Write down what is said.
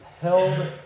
held